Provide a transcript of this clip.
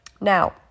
Now